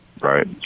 Right